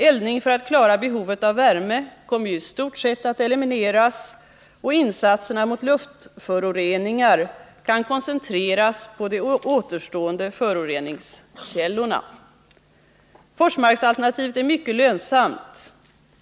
Eldning för att klara behovet av värme kommer ju i stort sett att elimineras, och insatserna mot luftföroreningar kan koncentreras på de återstående föroreningskällorna. Forsmarksalternativet är mycket lönsamt.